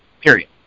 Period